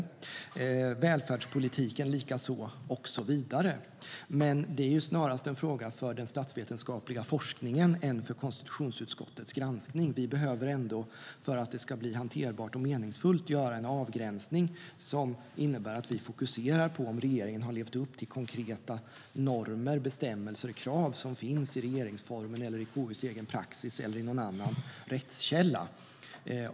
Det är likaså med välfärdspolitiken, och så vidare. Men de är snarast frågor för den statsvetenskapliga forskningen än för konstitutionsutskottets granskning. Vi behöver ändå för att det ska bli hanterbart och meningsfullt göra en avgränsning som innebär att vi fokuserar på om regeringen har levt upp till konkreta normer, bestämmelser och krav som finns i regeringsformen, KU:s egen praxis eller någon annan rättskälla.